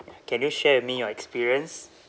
can you share with me your experience